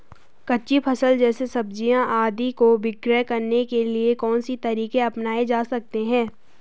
कच्ची फसल जैसे सब्जियाँ आदि को विक्रय करने के लिये कौन से तरीके अपनायें जा सकते हैं?